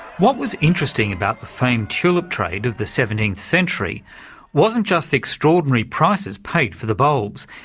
what was interesting about the famed tulip trade of the seventeenth century wasn't just extraordinary prices paid for the bulbs,